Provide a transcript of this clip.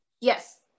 Yes